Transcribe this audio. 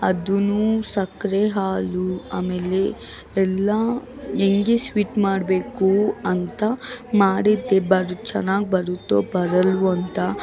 ಅದುನೂ ಸಕ್ಕರೆ ಹಾಲು ಆಮೇಲೆ ಎಲ್ಲ ಹೆಂಗೆ ಸ್ವೀಟ್ ಮಾಡಬೇಕು ಅಂತ ಮಾಡಿದ್ದೆ ಬಟ್ ಚೆನ್ನಾಗಿ ಬರುತ್ತೋ ಬರೊಲ್ವೋ ಅಂತ